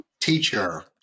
teacher